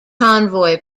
convoy